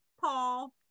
Paul